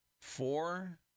Four